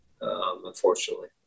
unfortunately